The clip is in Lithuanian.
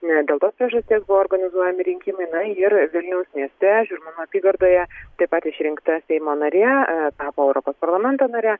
ne dėl tos priežasties buvo organizuojami rinkimai na ir vilniaus mieste žirmūnų apygardoje taip pat išrinkta seimo narė tapo europos parlamento nare